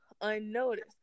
unnoticed